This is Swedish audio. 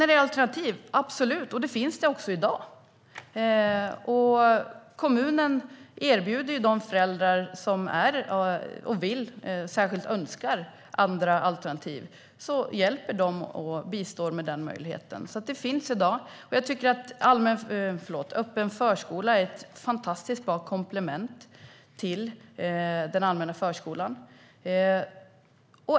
Alternativ - absolut, och det finns också i dag. Kommunerna hjälper i dag de föräldrar som särskilt önskar andra alternativ och bistår med den möjligheten. Och jag tycker att öppen förskola är ett fantastiskt bra komplement till den allmänna förskolan.